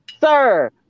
Sir